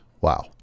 wow